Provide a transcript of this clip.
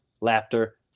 laughter